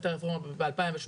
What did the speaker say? הייתה רפורמה ב-2018.